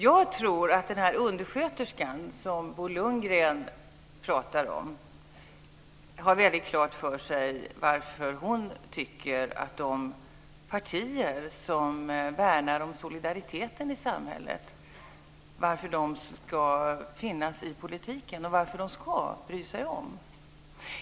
Jag tror att den undersköterska som Bo Lundgren pratar om har väldigt klart för sig varför hon tycker att de partier som värnar om solidariteten i samhället ska finnas i politiken och varför de ska bry sig om.